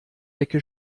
decke